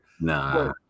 Nah